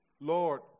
Lord